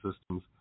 systems